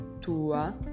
tua